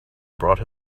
brought